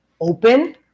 open